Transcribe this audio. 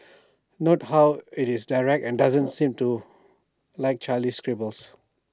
note how IT is direct and doesn't seem to like childish scribbles